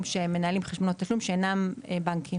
תשלום שהם מנהלים חשבונות שלום שאינם בנקים.